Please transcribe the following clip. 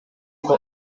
kuko